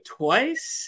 twice